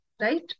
right